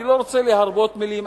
אני לא רוצה להרבות מלים,